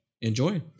enjoy